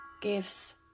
gives